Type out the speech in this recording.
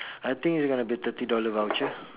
I think there gonna be thirty dollar voucher